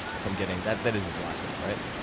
if i'm getting that that is his last name, right?